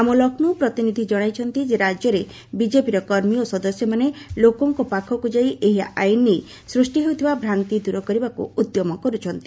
ଆମ ଲକ୍ଷ୍ନୌ ପ୍ରତିନିଧି ଜଣାଇଛନ୍ତି ଯେ ରାଜ୍ୟରେ ବିଜେପିର କର୍ମୀ ଓ ସଦସ୍ୟମାନେ ଲୋକଙ୍କ ପାଖକୁ ଯାଇ ଏହି ଆଇନ୍ ନେଇ ସୃଷ୍ଟି ହୋଇଥିବା ଭ୍ରାନ୍ତି ଦୂର କରିବାକୁ ଉଦ୍ୟମ କରୁଛନ୍ତି